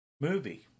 movie